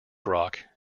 rock